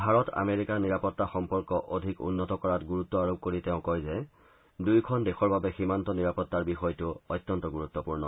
Bharat America নিৰাপত্তা সম্পৰ্ক অধিক উন্নত কৰাত গুৰুত্ব আৰোপ কৰি তেওঁ কয় যে দুয়োখন দেশৰ বাবে সীমান্ত নিৰাপত্তাৰ বিষয়টো অত্যন্ত গুৰুত্পূৰ্ণ